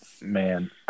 Man